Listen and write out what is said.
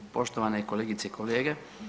Poštovane kolegice i kolege.